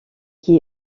qui